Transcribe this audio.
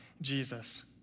Jesus